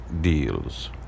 deals